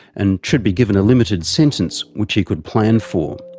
and should be given a limited sentence which he could plan for.